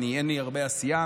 אין לי הרבה עשייה,